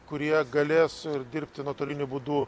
kurie galės dirbti nuotoliniu būdu